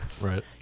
Right